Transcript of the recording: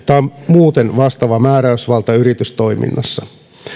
muuten vastaava määräysvalta yritystoiminnassa